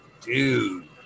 dude